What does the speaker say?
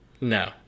No